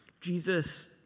Jesus